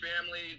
family